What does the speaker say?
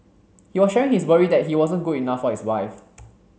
he was sharing his worry that he wasn't good enough for his wife